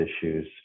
issues